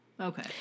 Okay